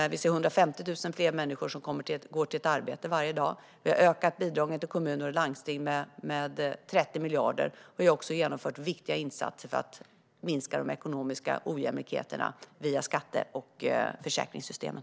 Vi ser 150 000 fler människor som går till ett arbete varje dag. Vi har ökat bidragen till kommuner och landsting med 30 miljarder. Vi har också genomfört viktiga insatser för att minska de ekonomiska ojämlikheterna via skatte och försäkringssystemen.